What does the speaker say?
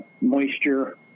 moisture